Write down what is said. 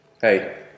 Hey